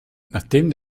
nachdem